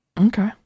Okay